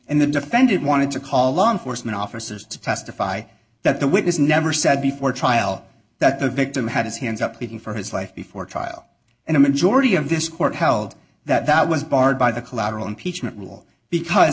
in the defendant wanted to call law enforcement officers to testify that the witness never said before trial that the victim had his hands up pleading for his life before trial and a majority of this court held that that was barred by the collateral impeachment rule because